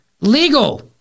legal